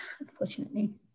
unfortunately